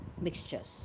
mixtures